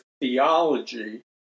theology